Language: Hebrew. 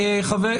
מהיר.